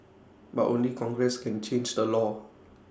but only congress can change the law